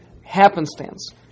happenstance